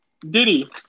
Diddy